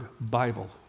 Bible